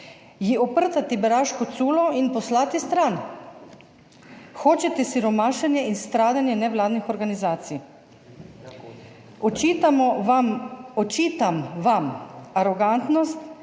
ji oprtati beraško culo in poslati stran? Hočete siromašenje in stradanje nevladnih organizacij? Očitamo vam, očitam